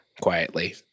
quietly